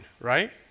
right